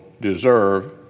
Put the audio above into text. deserve